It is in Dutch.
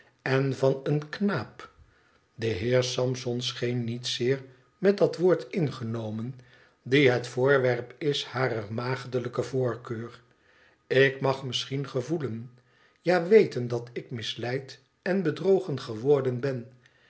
en van een knaap de heer sampson scheen niet zeer met dat woord ingenomen die het voorwerp is harer maagdelijke voorkeur ik mag misschien gevoelen ja weten dat ik misleid en bedrogen geworden ben